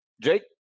Jake